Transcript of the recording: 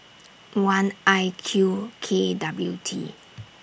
one I Q K W T